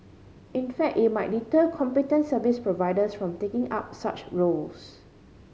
in fact it might deter competent service providers from taking up such roles